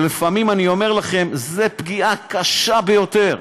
שלפעמים, אני אומר לכם, זו פגיעה קשה ביותר